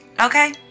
okay